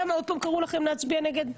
עוד פעם קראו לכם להצביע נגד?